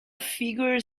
figure